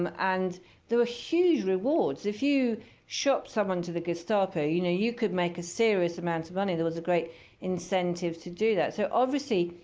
um and there were huge rewards. if you shopped someone to the gestapo, you know you could make a serious amount of money. there was a great incentive to do that. so obviously,